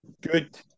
good